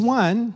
one